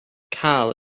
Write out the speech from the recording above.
karl